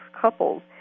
couples